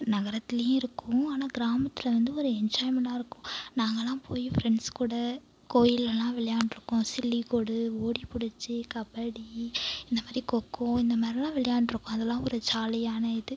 நகரத்துலேயும் இருக்கும் ஆனால் கிராமத்தில் வந்து ஒரு என்ஜாய்மெண்ட்டா இருக்கும் நாங்கள்லாம் போய் ஃப்ரெண்ட்ஸ் கூட கோயிலெல்லாம் விளையாண்டுருக்கோம் சில்லிக்கோடு ஓடிப்புடிச்சு கபடி இந்தமாரி கொக்கோ இந்த மாதிரிலாம் விளையாண்டுருக்கோம் அதெல்லாம் ஒரு ஜாலியான இது